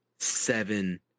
seven